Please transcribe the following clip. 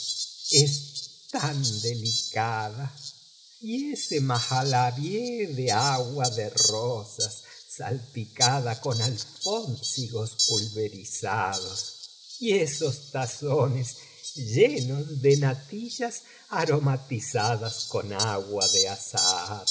es tan delicada y esa mahallabieh de agua de rosas salpicada con alfónsigos pulverizados y esos tazones llenos de natillas aromatizadas con agua de azahar